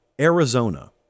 Arizona